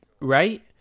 right